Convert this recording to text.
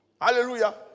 Hallelujah